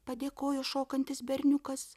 padėkojo šokantis berniukas